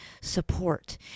support